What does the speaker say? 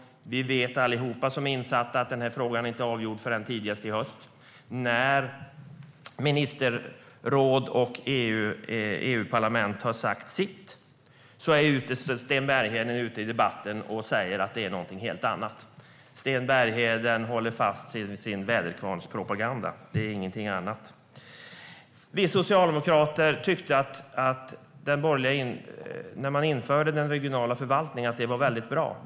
Alla som är insatta i frågan vet att den inte avgörs förrän tidigast i höst. När ministerrådet och EU-parlamentet har sagt sitt går Sten Bergheden ut i debatten och säger att det är fråga om något helt annat. Sten Bergheden håller fast vid sin väderkvarnspropaganda - ingenting annat. Vi socialdemokrater tycker att införandet av regional förvaltning var bra.